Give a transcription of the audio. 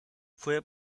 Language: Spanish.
fue